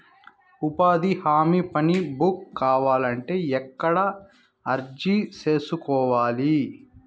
ఉపాధి హామీ పని బుక్ కావాలంటే ఎక్కడ అర్జీ సేసుకోవాలి?